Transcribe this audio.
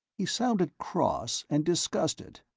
he sounded cross and disgusted,